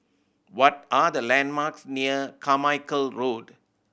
what are the landmarks near Carmichael Road